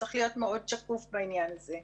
צריכים להיות מאוד שקופים בעניין הזה.